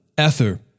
Ether